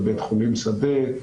בית חולים שדה.